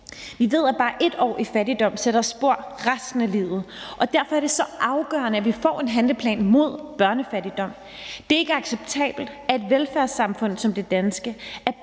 »Vi ved, at bare ét år i fattigdom sætter spor resten af livet, og derfor er det så afgørende, at vi får en handleplan mod børnefattigdom. Det er ikke acceptabelt for et velfærdssamfund som det danske,